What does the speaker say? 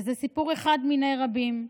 וזה סיפור אחד מני רבים,